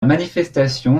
manifestation